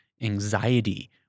anxiety